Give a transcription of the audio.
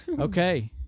Okay